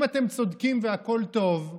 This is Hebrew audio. אם אתם צודקים והכול טוב,